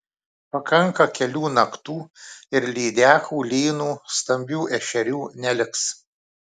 pakanka kelių naktų ir lydekų lynų stambių ešerių neliks